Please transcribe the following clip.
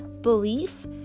belief